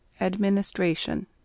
administration